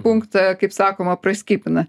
punktą kaip sakoma praskipina